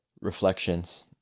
reflections